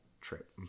trip